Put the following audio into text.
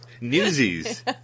Newsies